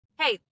Hey